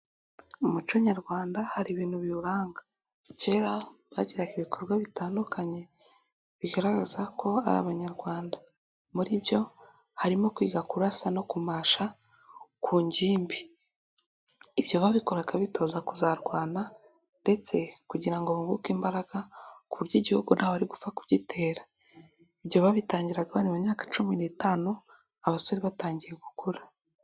Umuco Nyarwanda hari ibintu biwubanga, kera bagiraga ibikorwa bitandukanye bigaragaza ko ari abanyarwanda muri byo harimo kwiga kurasa no kumasha ku ngimbi ibyo babikoraga bitoza kuzarwana ndetse kugira ngo bunguke imbaraga ku buryo igihugu ntawari gupfa kugitera ibyo babitangiraga ba imyaka cumi n'itanu abasore batangiye gukora